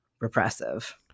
repressive